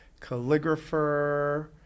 calligrapher